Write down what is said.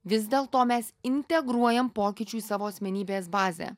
vis dėl to mes integruojam pokyčių į savo asmenybės bazę